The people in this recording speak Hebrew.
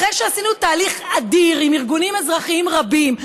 אחרי שעשינו תהליך אדיר עם ארגונים אזרחיים רבים,